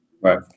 Right